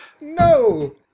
No